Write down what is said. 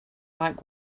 like